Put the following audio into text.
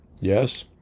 Yes